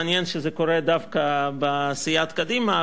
מעניין שזה קורה דווקא בסיעת קדימה,